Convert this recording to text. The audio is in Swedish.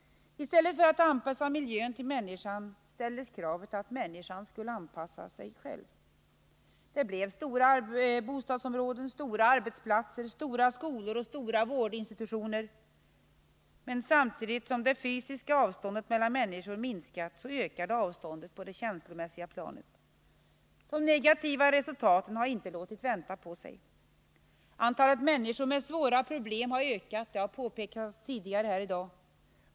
I stället för att anpassa miljön till människan ställdes kravet att människan skulle anpassa sig själv. Det blev stora bostadsområden, stora arbetsplatser, stora skolor och stora vårdinstitutioner. Men samtidigt som det fysiska avståndet mellan människor minskade ökade avståndet på det känslomässiga planet. De negativa resultaten har inte låtit vänta på sig. Antalet människor med svåra problem har ökat — det har påpekats tidigare här i dag.